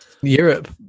Europe